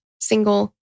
single